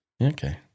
Okay